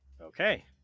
Okay